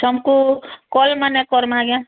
ତମକୁ କଲ ମାନେ କରିମେ ଆଜ୍ଞା